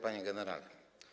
Panie Generale!